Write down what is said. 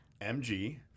MG